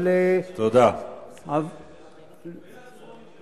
אבל --- בין הטרומית לבין עכשיו אתה לא היית בוועדה.